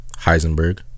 Heisenberg